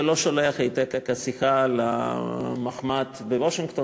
ולא שולח את העתק השיחה למחמ"ד בוושינגטון